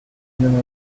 viendra